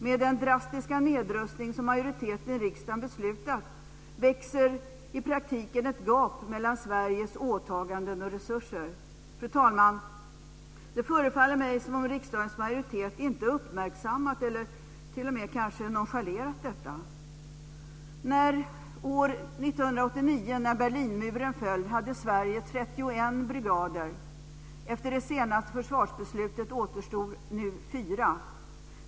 Med den drastiska nedrustning som majoriteten i riksdagen beslutat växer i praktiken ett gap mellan Sveriges åtaganden och resurser. Fru talman! Det förefaller mig som om riksdagens majoritet inte uppmärksammat eller t.o.m. kanske nonchalerat detta. År 1989 när Berlinmuren föll hade Sverige 31 brigader. Efter det senaste försvarsbeslutet återstår nu fyra.